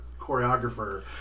choreographer